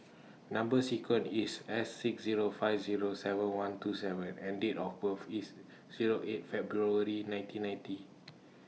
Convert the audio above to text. Number sequence IS S six Zero five Zero seven one two Z and Date of birth IS Zero eight February nineteen ninety